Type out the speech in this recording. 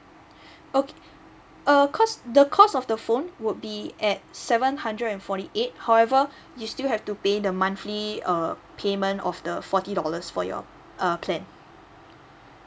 okay err cost the cost of the phone would be at seven hundred and forty eight however you still have to pay the monthly uh payment of the forty dollars for your uh plan